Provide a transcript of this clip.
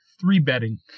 three-betting